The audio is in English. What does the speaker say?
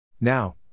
Now